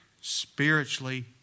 spiritually